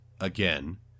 again